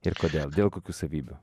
ir kodėl dėl kokių savybių